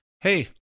hey